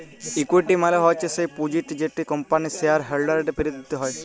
equity মালে হচ্যে স্যেই পুঁজিট যেট কম্পানির শেয়ার হোল্ডারদের ফিরত দিতে হ্যয়